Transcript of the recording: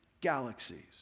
galaxies